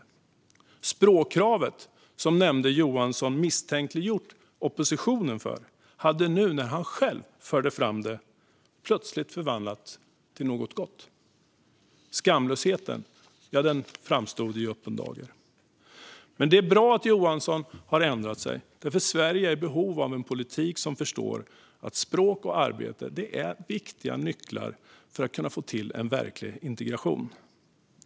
Det språkkrav som nämnde Johansson hade misstänkliggjort oppositionen för hade plötsligt, nu när han själv förde fram det, förvandlats till något gott. Skamlösheten låg i öppen dager. Det är dock bra att Johansson har ändrat sig, för Sverige är i behov av en politik som förstår att språk och arbete är viktiga nycklar för att vi ska få till en verklig integration.